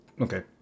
okay